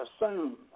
assume